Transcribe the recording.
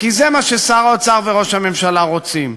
כי זה מה ששר האוצר וראש הממשלה רוצים.